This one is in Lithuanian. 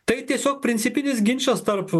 tai tiesiog principinis ginčas tarp